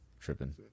tripping